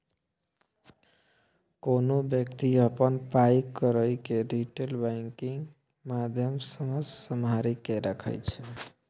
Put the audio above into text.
कोनो बेकती अपन पाइ कौरी केँ रिटेल बैंकिंग माध्यमसँ सम्हारि केँ राखै छै